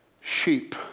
sheep